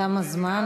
תם הזמן.